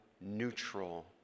neutral